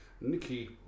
Nikki